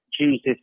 Jesus